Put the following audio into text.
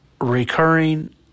recurring